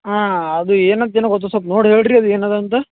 ಹಾಂ ಅದು ಏನಾತ್ ದಿನ ಒದ್ದು ಸ್ವಲ್ಪ್ ನೋಡಿ ಹೇಳ್ರೀ ಅದು ಏನದ ಅಂತ